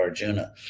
Arjuna